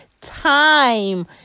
time